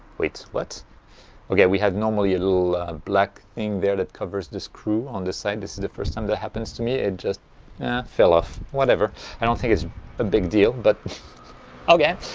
wait what okay we had normally a little black thing there that covers the screw on the side this is the first time that happens to me it just fell off whatever i don't think it's a big deal but okay.